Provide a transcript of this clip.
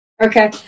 Okay